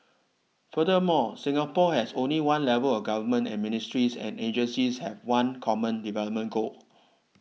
furthermore Singapore has only one level of government and ministries and agencies have one common development goal